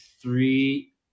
three